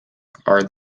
are